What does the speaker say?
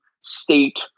state